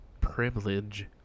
privilege